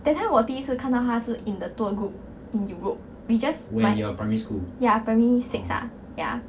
that time 我第一次看到他是 in the tour group in europe we just my ya primary six ah ya